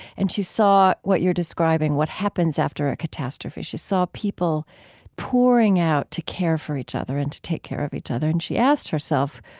and she saw what you're describing, what happens after a catastrophe. she saw people pouring out to care for each other and to take care of each other, and she asked herself,